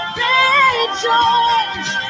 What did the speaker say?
rejoice